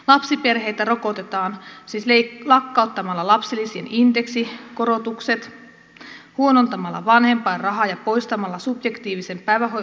lapsiperheitä rokotetaan siis lakkauttamalla lapsilisien indeksikorotukset huonontamalla vanhempainrahaa ja poistamalla subjektiivinen päivähoito oikeus